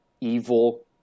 evil